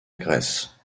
grèce